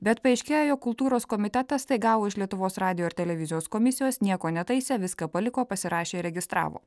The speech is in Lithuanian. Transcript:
bet paaiškėjo jog kultūros komitetas tai gavo iš lietuvos radijo ir televizijos komisijos nieko netaisė viską paliko pasirašė registravo